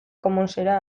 commonsera